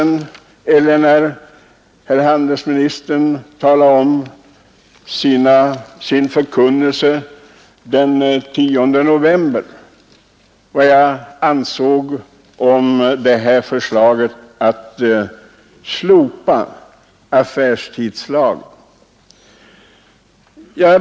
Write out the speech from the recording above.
När handelsministern gjorde sin förkunnelse den 10 november talade jag om vad jag ansåg om förslaget att slopa affärstidsregleringen.